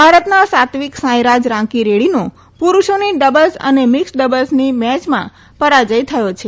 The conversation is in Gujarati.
ભારતના સાંત્વીક સાંઈરાજ રાંકીરેડ્રીનો પુરુષોની ડબલ્સ અને મિક્સ ડબલ્સની મેચમાં પરાજય થયો છે